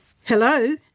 Hello